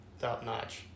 top-notch